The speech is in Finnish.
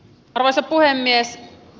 arvoisa puhemies